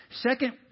Second